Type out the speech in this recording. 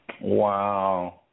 Wow